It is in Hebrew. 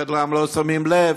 חלקם לא שמים לב.